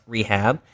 Rehab